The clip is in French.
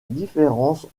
différence